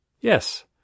Yes